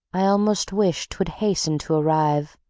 i almost wish twould hasten to arrive.